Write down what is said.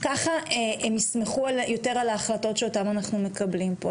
ככה הם יסמכו יותר על ההחלטות שאותן אנחנו מקבלים פה,